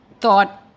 thought